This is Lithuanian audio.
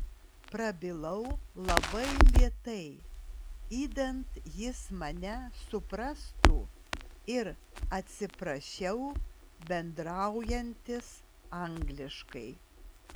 prabilau labai lėtai idant jis mane suprastų ir atsiprašiau bendraujantis angliškai